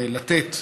לתת,